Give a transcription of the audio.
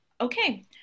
Okay